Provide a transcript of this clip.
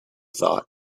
thought